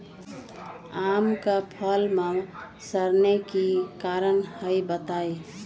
आम क फल म सरने कि कारण हई बताई?